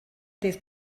ddydd